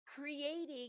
creating